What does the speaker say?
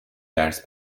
درس